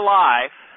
life